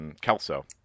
Kelso